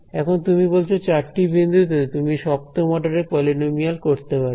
এখন তুমি বলছ চারটি বিন্দুতে তুমি সপ্তম অর্ডারের পলিনোমিয়াল করতে পারবে